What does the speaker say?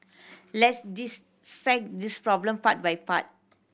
let's dissect this problem part by part